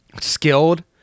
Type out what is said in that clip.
skilled